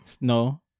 No